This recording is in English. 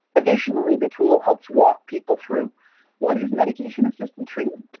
additionally, the tool helps walk people through what is medication-assisted treatment?